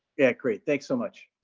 yeah, great, thanks so much.